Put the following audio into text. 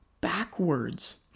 backwards